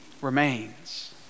remains